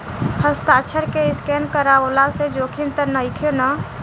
हस्ताक्षर के स्केन करवला से जोखिम त नइखे न?